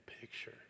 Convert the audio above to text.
picture